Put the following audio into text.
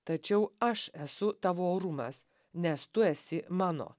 tačiau aš esu tavo orumas nes tu esi mano